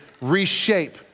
reshape